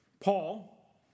Paul